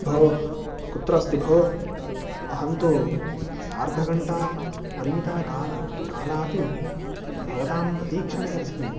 भोः कुत्र अस्ति भोः अहं तु सार्धघण्टा परिमिता का कालात् भवतां प्रतीक्षणे अस्मि